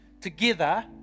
together